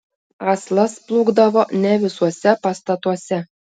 aslas plūkdavo ne visuose pastatuose